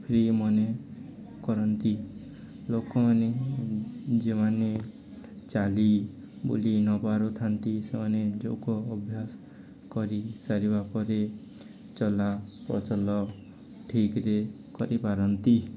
free ମନେ କରନ୍ତି ଲୋକମାନେ ଯେମାନେ ଚାଲି ବୁଲି ନ ପାରୁଥାନ୍ତି ସେମାନେ ଯୋଗ ଅଭ୍ୟାସ କରିସାରିବା ପରେ ଚଲା ପ୍ରଚଲ ଠିକରେ କରିପାରନ୍ତି